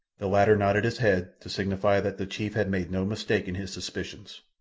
the latter nodded his head, to signify that the chief had made no mistake in his suspicions.